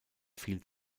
viel